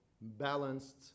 balanced